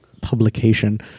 publication